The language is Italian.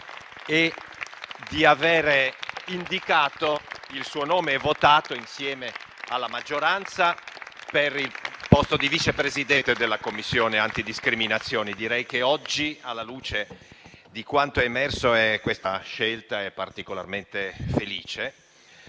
e di aver indicato il suo nome e averla votata insieme alla maggioranza per il posto di Vice Presidente della Commissione antidiscriminazioni. Direi che oggi, alla luce di quanto è emerso, questa scelta è particolarmente felice.